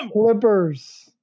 Clippers